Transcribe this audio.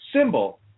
symbol